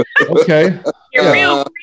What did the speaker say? Okay